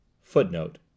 Footnote